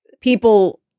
people